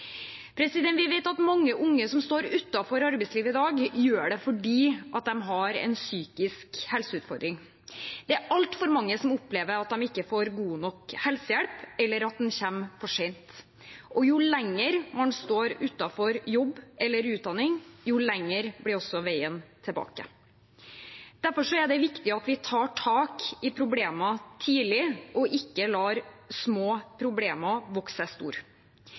Vi vet at mange unge som står utenfor arbeidslivet i dag, gjør det fordi de har en psykisk helseutfordring. Det er altfor mange som opplever at de ikke får god nok helsehjelp, eller at den kommer for sent. Jo lenger man står utenfor jobb eller utdanning, jo lengre blir også veien tilbake. Derfor er det viktig at vi tar tak i problemene tidlig og ikke lar små problemer vokse